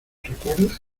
recuerdas